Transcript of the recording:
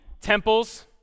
temples